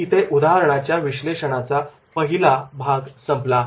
इथे उदाहरणाच्या विश्लेषणाचा पहिला भाग संपला